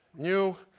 nu,